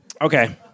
okay